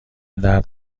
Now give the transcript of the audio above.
درد